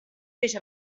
fece